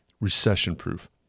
recession-proof